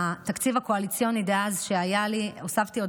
בתקציב הקואליציוני דאז שהיה לי הוספתי עוד